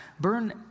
burn